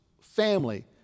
family